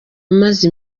umaze